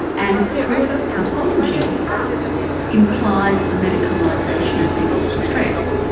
and proof of pathology implies the medicalisation of people's distress.